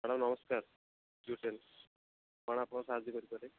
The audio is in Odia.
ମାଡ଼ାମ୍ ନମସ୍କାର କ'ଣ ଆପଣଙ୍କୁ ସାହାଯ୍ୟ କରିପାରେ